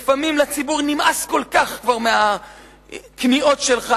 לפעמים לציבור נמאס כל כך מהכניעות שלך,